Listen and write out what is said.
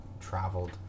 traveled